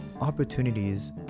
opportunities